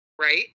right